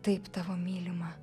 taip tavo mylimą